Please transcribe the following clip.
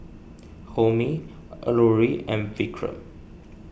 Homi Alluri and Vikram